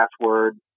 password